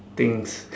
things